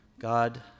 God